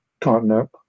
continent